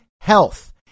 health